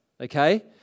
Okay